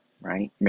right